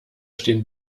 stehen